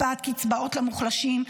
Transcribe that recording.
הקפאת קצבאות למוחלשים,